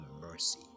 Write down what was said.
mercy